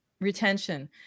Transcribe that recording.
retention